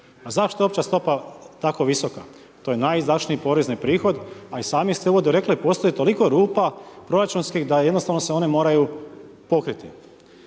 zašto opća stopa tako visoka? To je najizdašniji porezni prihoda, a i sami ste u uvodu rekli, postoji toliko rupa, proračunskih, da jednostavno se one moraju pokriti.